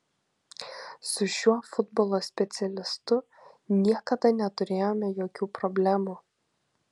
su šiuo futbolo specialistu niekada neturėjome jokių problemų